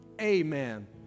amen